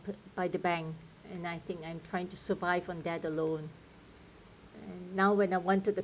by the bank and I think I'm trying to survive on that alone now when I wanted to